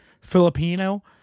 Filipino